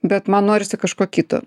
bet man norisi kažko kito